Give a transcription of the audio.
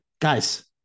Guys